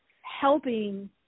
helping